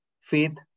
faith